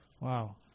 wow